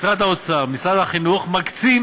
משרד האוצר ומשרד החינוך מקצים